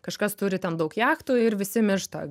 kažkas turi ten daug jachtų ir visi miršta